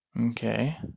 Okay